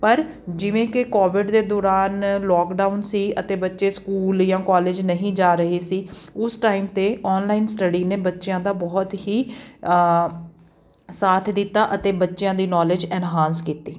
ਪਰ ਜਿਵੇਂ ਕਿ ਕੋਵਿਡ ਦੇ ਦੌਰਾਨ ਲੋਕਡਾਊਨ ਸੀ ਅਤੇ ਬੱਚੇ ਸਕੂਲ ਜਾਂ ਕੋਲਜ ਨਹੀਂ ਜਾ ਰਹੇ ਸੀ ਉਸ ਟਾਈਮ 'ਤੇ ਔਨਲਾਈਨ ਸਟੱਡੀ ਨੇ ਬੱਚਿਆਂ ਦਾ ਬਹੁਤ ਹੀ ਸਾਥ ਦਿੱਤਾ ਅਤੇ ਬੱਚਿਆਂ ਦੀ ਨੌਲੇਜ ਐਨਹਾਸ ਕੀਤੀ